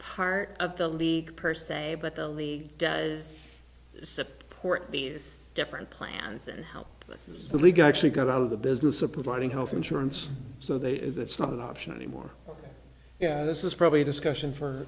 part of the league per se but only does support these different clans and how the league actually got out of the business of providing health insurance so they that's not an option anymore yeah this is probably a discussion for